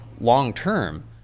long-term